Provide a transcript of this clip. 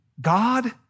God